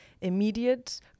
immediate